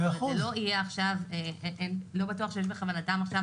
לא בטוח שיש בכוונתם עכשיו